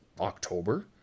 October